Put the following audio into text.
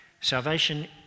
Salvation